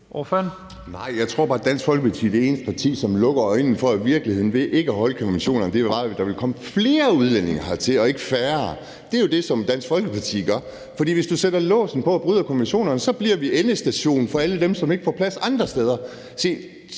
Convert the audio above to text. Nej, jeg tror bare, at Dansk Folkeparti er det eneste parti, som lukker øjnene for, at resultatet af ikke at holde konventionerne ville være, at der ville komme flere udlændinge til og ikke færre. Det er jo det, som Dansk Folkeparti gør. For hvis du sætter lås på og bryder konventionerne, så bliver vi endestation for alle dem, som ikke får plads andre steder.